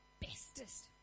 bestest